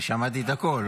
אני שמעתי את הכול.